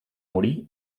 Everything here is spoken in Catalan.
morir